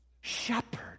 shepherd